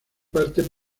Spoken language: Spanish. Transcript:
parte